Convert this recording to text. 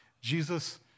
Jesus